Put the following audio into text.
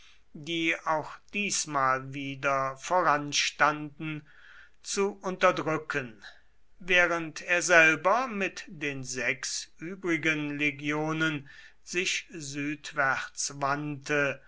die auch diesmal wieder voranstanden zu unterdrücken während er selber mit den sechs übrigen legionen sich südwärts wandte